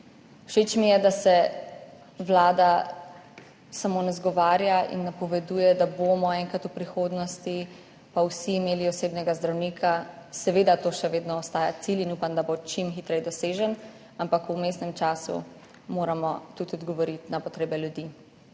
Všeč mi je, da se Vlada samo ne izgovarja in napoveduje, da bomo enkrat v prihodnosti pa vsi imeli osebnega zdravnika. Seveda to še vedno ostaja cilj in upam, da bo čim hitreje dosežen, ampak v vmesnem času moramo tudi odgovoriti na potrebe ljudi.